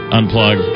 unplug